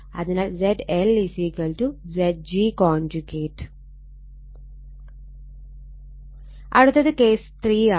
അതിനാൽ ZLZg അടുത്തത് case 3 ആണ്